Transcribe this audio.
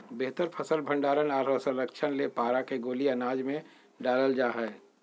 बेहतर फसल भंडारण आर संरक्षण ले पारा के गोली अनाज मे डालल जा हय